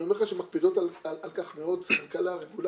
אני אומר לך שמקפידים על כך מאוד סמנכ"לי הרגולציה,